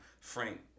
Frank